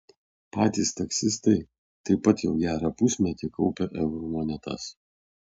patys taksistai taip pat jau gerą pusmetį kaupia eurų monetas